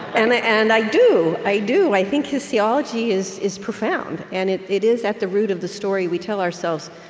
and ah and i do. i do. i think his theology is is profound. and it it is at the root of the story we tell ourselves.